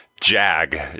Jag